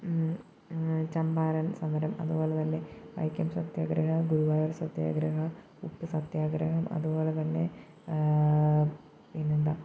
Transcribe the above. ചമ്പാരൻ സമരം അതുപോലെ തന്നെ വൈക്കം സത്യാഗ്രഹം ഗുരുവായൂർ സത്യാഗ്രഹങ്ങൾ ഉപ്പ് സത്യാഗ്രഹം അതുപോലെ തന്നെ പിന്നെ എന്താണ്